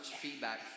feedback